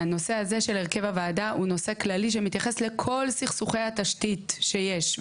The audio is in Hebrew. הנושא הזה של הרכב הוועדה הוא נושא כללי שמתייחס לכל סכסוכי התשתית שיש.